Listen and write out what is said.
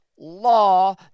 law